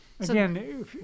Again